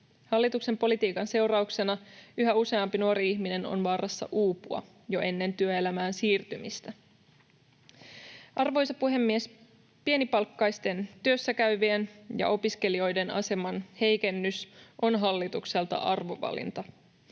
Hallituksen politiikan seurauksena yhä useampi nuori ihminen on vaarassa uupua jo ennen työelämään siirtymistä. Arvoisa puhemies! Pienipalkkaisten työssäkäyvien ja opiskelijoiden aseman heikennys on hallitukselta arvovalinta.